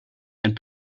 and